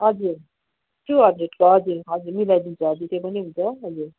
हजुर त्यो हजुर हजुर हजुर मलाइदिन्छु हजुर त्यो पनि हुन्छ हजुर